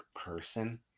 person